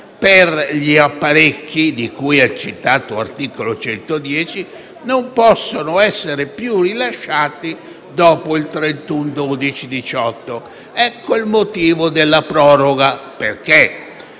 per gli apparecchi di cui al citato articolo 110 non possono essere più rilasciati dopo il 31 dicembre 2018. Ecco il motivo della proroga che